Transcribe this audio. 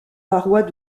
parois